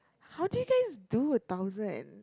how do you guys do a thousand